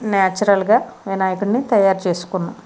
న్యాచురల్గా వినాయకుడిని తయారు చేసుకున్న